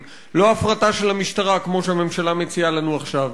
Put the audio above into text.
ולא הפרטה של המשטרה כמו שהממשלה מציעה לנו עכשיו.